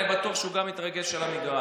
אני בטוח שהוא גם יתרגש על המגרש.